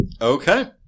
Okay